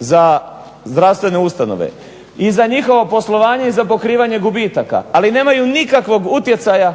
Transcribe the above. za zdravstvene ustanove i za njihovo poslovanje i za pokrivanje gubitaka, ali nemaju nikakvog utjecaja